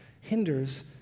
hinders